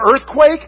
earthquake